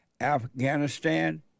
Afghanistan